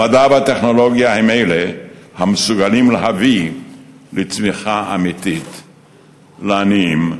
המדע והטכנולוגיה הם המסוגלים להביא לצמיחה אמיתית לעניים,